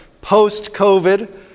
post-COVID